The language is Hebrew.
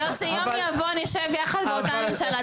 יוסי, יום יבוא נשב יחד באותה ממשלה.